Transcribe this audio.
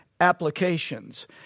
applications